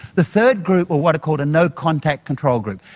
the third group are what are called a no contact control group.